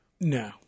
No